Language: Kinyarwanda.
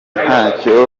ntacyo